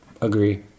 Agree